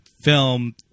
film